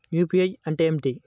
UPI అంటే ఏమిటీ?